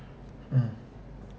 mm